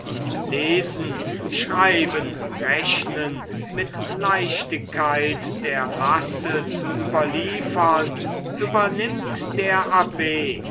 lesen schreiben rechnen mit leichtigkeit der masse zu überliefern übernimmt der abb